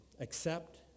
accept